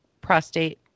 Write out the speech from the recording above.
prostate